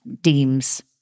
deems